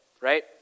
right